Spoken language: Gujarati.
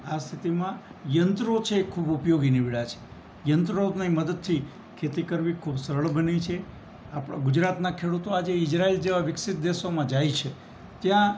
આ સ્થિતિમાં યંત્રો છે ખૂબ ઉપયોગી નિવડ્યાં છે યંત્રોને મદદથી ખેતી કરવી ખૂબ સરળ બની છે આપણાં ગુજરાતનાં ખેડૂતો આજે ઇજરાઇલ જેવા વિકસિત દેશોમાં જાય છે ત્યાં